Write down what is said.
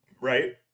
right